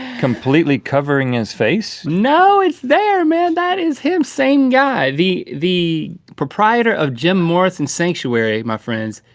completely covering his face? no, it's there, man! that is him! same guy. the the proprietor of jim morrison sanctuary. my friends,